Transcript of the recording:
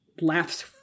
laughs